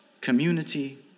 community